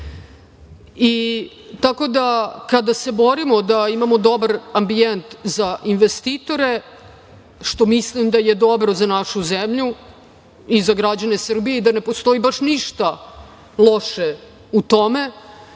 Tako da, kada se borimo da imamo dobar ambijent za investitore, što mislim da je dobro za našu zemlju i za građane Srbije i da ne postoji baš ništa loše u tome,